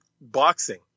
boxing